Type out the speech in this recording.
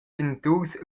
geniturs